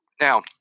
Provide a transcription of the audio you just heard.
Now